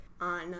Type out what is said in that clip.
On